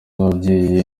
z’ababyeyi